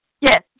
Yes